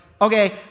okay